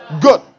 Good